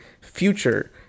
Future